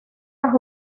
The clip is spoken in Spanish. las